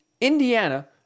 Indiana